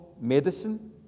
medicine